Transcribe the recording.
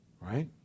Right